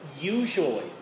Usually